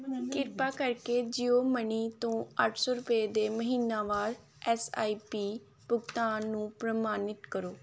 ਕਿਰਪਾ ਕਰਕੇ ਜੀਓਮਨੀ ਤੋਂ ਅੱਠ ਸੌ ਰੁਪਏ ਦੇ ਮਹੀਨਾਵਾਰ ਐਸ ਆਈ ਪੀ ਭੁਗਤਾਨ ਨੂੰ ਪ੍ਰਮਾਣਿਤ ਕਰੋ